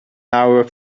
our